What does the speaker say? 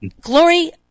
Glory